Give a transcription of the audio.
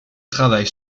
travaille